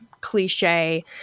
cliche